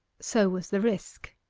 so was the risk.